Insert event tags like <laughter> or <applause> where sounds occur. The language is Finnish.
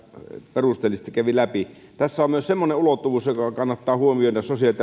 perusteellisesti kävi läpi tässä on nimittäin myös semmoinen ulottuvuus joka kannattaa huomioida sosiaali ja <unintelligible>